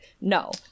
no